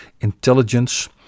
Intelligence